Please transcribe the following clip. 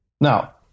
Now